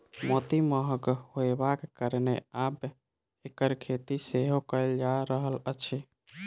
मोती महग होयबाक कारणेँ आब एकर खेती सेहो कयल जा रहल अछि